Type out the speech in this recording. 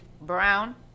Brown